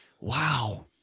Wow